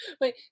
Wait